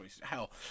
Hell